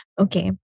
Okay